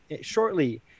shortly